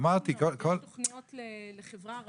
יש תכניות לחברה הערבית.